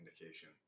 indication